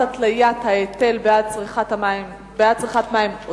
התליית ההיטל בעד צריכת מים עודפת),